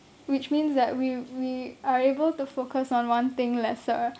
which means that we we are able to focus on one thing lesser